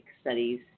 studies